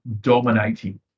dominating